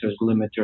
limiters